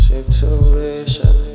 Situation